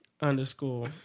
underscore